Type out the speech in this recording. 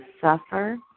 suffer